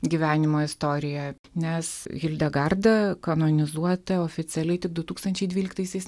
gyvenimo istorija nes hildegarda kanonizuota oficialiai tik du tūkstančiai dvyliktaisiais